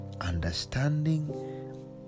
understanding